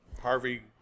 harvey